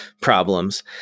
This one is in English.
problems